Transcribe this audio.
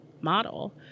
model